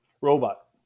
Robot